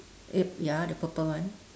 uh ya the purple one